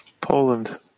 Poland